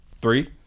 Three